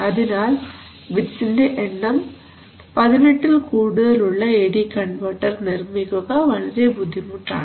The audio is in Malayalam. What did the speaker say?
അതിനാൽ ബിറ്റ്സിന്റെ എണ്ണം 18 ൽ കൂടുതലുള്ള എ ഡി കൺവെർട്ടർ നിർമ്മിക്കുക വളരെ ബുദ്ധിമുട്ടാണ്